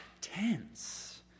tense